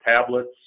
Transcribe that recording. tablets